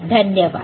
धन्यवाद